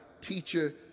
teacher